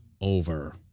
over